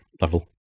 level